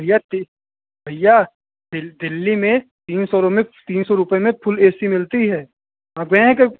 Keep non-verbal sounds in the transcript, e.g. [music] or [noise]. भैया भैया दिल दिल्ली में तीन सौ रो में तीन सौ रुपये में फ़ुल ए सी मिलती है आप गए हैं [unintelligible]